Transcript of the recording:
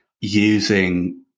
using